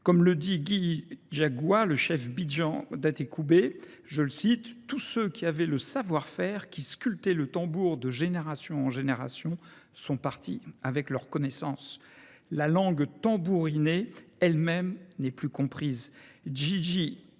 Comme le dit Guy Diagois, le chef bidjan d'Atécoubet, je le cite, « Tous ceux qui avaient le savoir-faire, qui sculptaient le tambour de génération en génération, sont partis avec leur connaissance. La langue tambourinée, elle-même, n'est plus comprise.